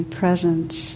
presence